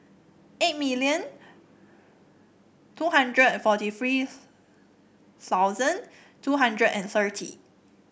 eight million two hundred and forty three thousand two hundred and thirty